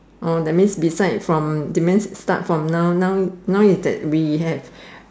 oh that means beside from that means start from now now now is that we had